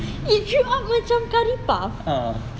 eat you up macam curry puff